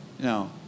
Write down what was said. No